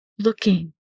Looking